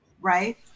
right